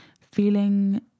feeling